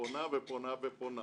ופונה ופונה,